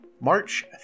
March